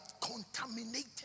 contaminated